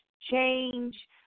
change